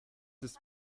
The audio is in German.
ist